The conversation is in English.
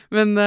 Men